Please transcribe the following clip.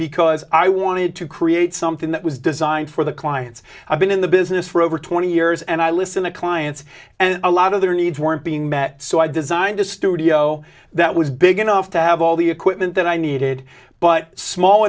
because i wanted to create something that was designed for the clients i've been in the business for over twenty years and i listen to clients and a lot of their needs weren't being met so i designed a studio that was big enough to have all the equipment that i needed but small